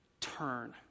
turn